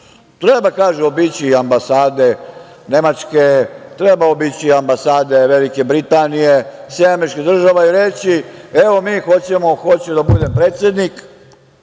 Treba, kaže, obići i ambasade Nemačke, treba obići ambasade Velike Britanije, SAD i reći – evo, mi hoćemo, hoću da budem predsednik,